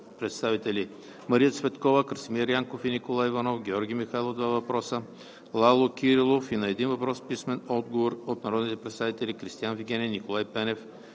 представители